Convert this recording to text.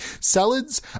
Salads